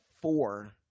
four